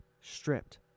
stripped